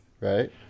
Right